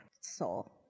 soul